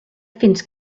fins